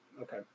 Okay